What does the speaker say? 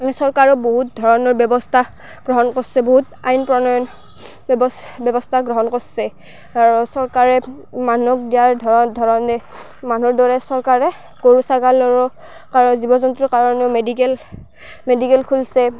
চৰকাৰেও বহুত ধৰণৰ ব্যৱস্থা গ্ৰহণ কৰিছে বহুত আইন প্ৰণয়ন বেবছ ব্যৱস্থা গ্ৰহণ কৰছে আৰু চৰকাৰে মানুহক দিয়াৰ ধৰণ ধৰণেই মানুহৰ দৰে চৰকাৰে গৰু ছাগালৰো আৰু জীৱ জন্তুৰ কাৰণেও মেডিকেল মেডিকেল খুলিছে